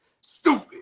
Stupid